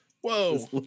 Whoa